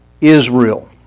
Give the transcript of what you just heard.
Israel